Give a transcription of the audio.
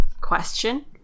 question